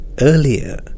earlier